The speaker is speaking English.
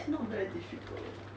not very difficult